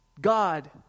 God